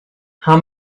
how